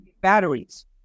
batteries